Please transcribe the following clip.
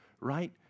right